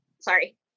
Sorry